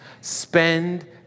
Spend